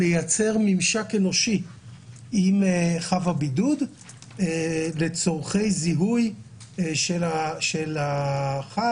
לייצר ממשק אנושי עם חב הבידוד לצורכי זיהוי של החב,